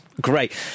great